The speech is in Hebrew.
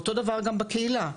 אותו דבר גם בקהילה.